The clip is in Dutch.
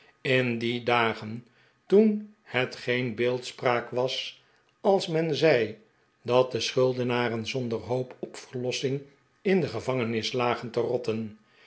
in die dagen toen het geen beeldspraak was als men zei dat de schuldenaren zonder hoop op verlossing in de gevangenis lagen te rotten